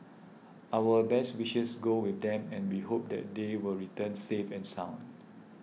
our best wishes go with them and we hope that they will return safe and sound